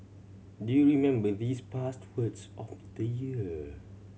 do you remember these past words of the year